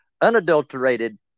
unadulterated